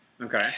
Okay